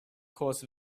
course